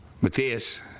Matthias